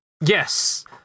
Yes